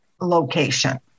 location